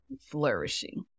flourishing